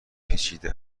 پیچیده